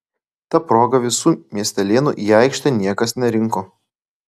ta proga visų miestelėnų į aikštę niekas nerinko